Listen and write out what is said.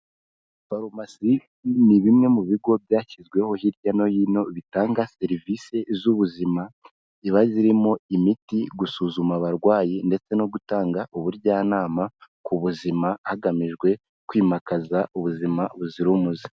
Farumasi ni bimwe mu bigo byashyizweho hirya no hino bitanga serivisi z'ubuzima, ziba zirimo imiti, gusuzuma abarwayi ndetse no gutanga ubujyanama ku buzima, hagamijwe kwimakaza ubuzima buzira umuze.